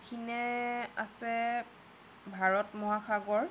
দক্ষিণে আছে ভাৰত মহাসাগৰ